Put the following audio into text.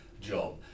job